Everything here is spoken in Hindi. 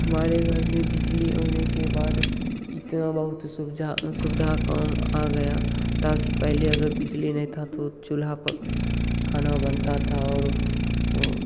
हमारे घर में बिजली आने के बाद इतना बहुत सुविधा सुविधा काम आ गया ताकि पहले अगर बिजली नहीं था तो चूल्हा पर खाना बनता था और ऊ